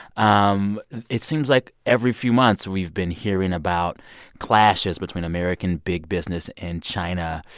um it seems like every few months we've been hearing about clashes between american big business and china.